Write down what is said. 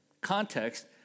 context